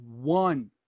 one